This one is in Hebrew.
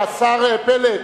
השר פלד,